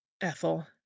Ethel